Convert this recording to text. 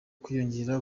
kwiyongera